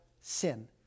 sin